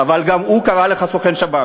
אבל גם הוא קרא לך "סוכן שב"כ".